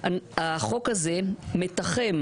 תשעה.